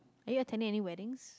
are you attending any weddings